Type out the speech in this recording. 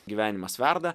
gyvenimas verda